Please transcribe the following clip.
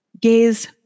Gaze